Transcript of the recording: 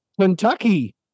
Kentucky